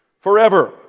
forever